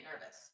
nervous